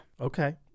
Okay